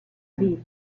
dir